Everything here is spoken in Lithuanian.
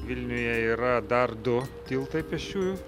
vilniuje yra dar du tiltai pėsčiųjų